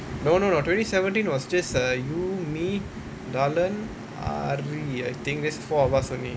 no no no twenty seventeen was just uh you me darland hari I think just four of us only